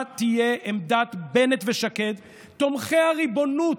מה תהיה עמדת בנט ושקד, תומכי הריבונות?